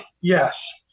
Yes